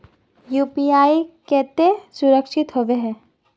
UPI केते सुरक्षित होबे है?